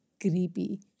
creepy